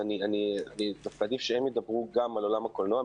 אז עדיף שהם ידברו גם על עולם הקולנוע,